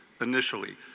initially